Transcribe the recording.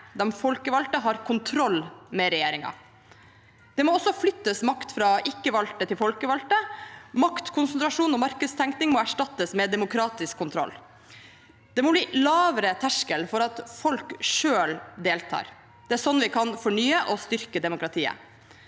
de folkevalgte, har kontroll med regjeringen. Det må også flyttes makt fra ikke-valgte til folkevalgte. Maktkonsentrasjon og markedstenkning må erstattes med demokratisk kontroll. Det må bli lavere terskel for at folk selv deltar. Det er sånn vi kan fornye og styrke demokratiet.